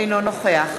אינו נוכח